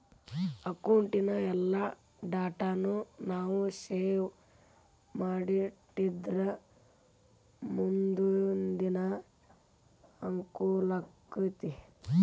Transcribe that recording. ಅಕೌಟಿನ್ ಎಲ್ಲಾ ಡಾಟಾನೂ ನಾವು ಸೇವ್ ಮಾಡಿಟ್ಟಿದ್ರ ಮುನ್ದೊಂದಿನಾ ಅಂಕೂಲಾಕ್ಕೆತಿ